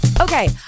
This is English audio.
Okay